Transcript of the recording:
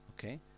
Okay